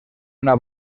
una